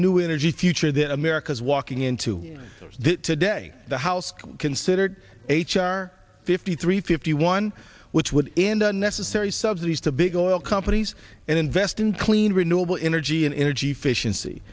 new energy future that america's walking into today the house considered h r fifty three fifty one which would end unnecessary subsidies to big oil companies and invest in clean renewable energy and energy efficiency